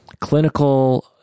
Clinical